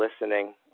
listening